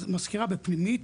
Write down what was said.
אז מזכירה בפנימית,